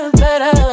better